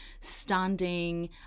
standing